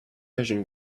vision